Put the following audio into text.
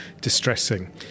distressing